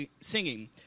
singing